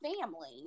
family